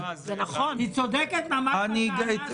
היא צודקת בטענה שלה.